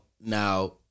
now